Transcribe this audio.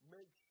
Make